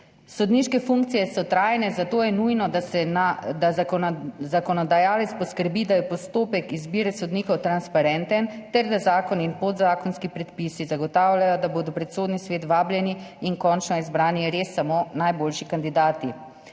Sodniške funkcije so trajne, zato je nujno, da zakonodajalec poskrbi, da je postopek izbire sodnikov transparenten ter da zakon in podzakonski predpisi zagotavljajo, da bodo pred Sodni svet vabljeni in končno izbrani res samo najboljši kandidati.